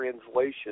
translation